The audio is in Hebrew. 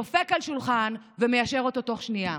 דופק על שולחן ומיישר אותו תוך שנייה.